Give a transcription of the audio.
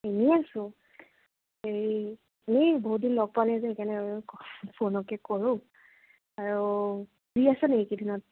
এনেই আছোঁ হেৰি এই বহুত দিন লগ পোৱা নাই যে সেইকাৰণে আৰু ফ'নকে কৰোঁ আৰু ফ্ৰী আছ' নেকি এইকেইদিনত